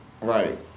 Right